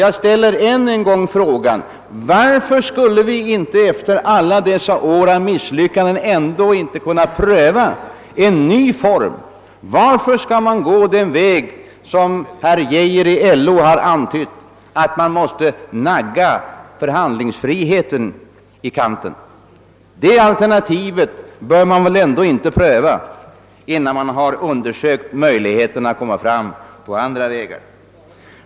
Jag ställer än en gång frågan: Varför skulle vi ändå inte efter alla dessa år av misslyckanden kunna pröva en ny form? Varför skall vi gå den väg som Arne Geijer antytt — att avtalsfriheten måste naggas i kanten? Det alternativet bör man väl ändå inte pröva, innan man undersökt möjligheterna att komma fram på andra vägar.